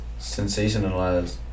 sensationalized